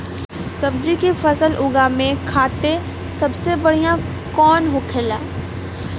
सब्जी की फसल उगा में खाते सबसे बढ़ियां कौन होखेला?